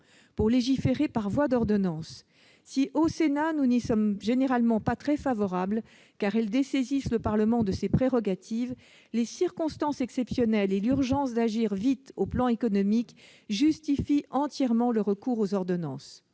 pour légiférer par voie d'ordonnances. Si, au Sénat, nous ne sommes généralement pas très favorables aux ordonnances, car elles dessaisissent le Parlement de ses prérogatives, les circonstances exceptionnelles et l'urgence d'agir vite dans le domaine économique justifient entièrement que l'on y recoure.